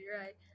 Right